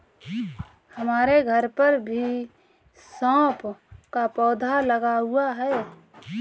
हमारे घर पर भी सौंफ का पौधा लगा हुआ है